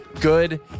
good